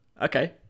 Okay